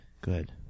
Good